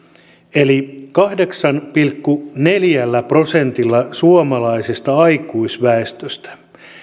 eli kahdeksalla pilkku neljällä prosentilla suomalaisesta aikuisväestöstä